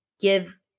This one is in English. give